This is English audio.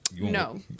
No